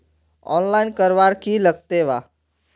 Online करवार की लगते वा?